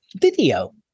video